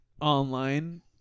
online